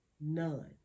none